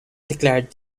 declared